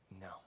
No